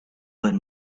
but